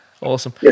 Awesome